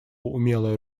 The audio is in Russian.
умелое